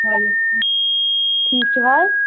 وعلیکم ٹھیٖک چھُ حظ